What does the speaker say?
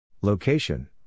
Location